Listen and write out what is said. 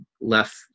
left